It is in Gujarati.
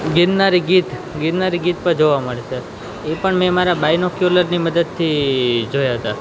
ગિરનારી ગીધ ગિરનારી ગીધ પણ જોવા મળે છે એ પણ મેં મારા બાઈનોક્યુલરની મદદથી જોયા હતા